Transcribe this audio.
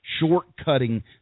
shortcutting